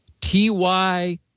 ty